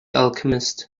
alchemist